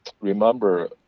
remember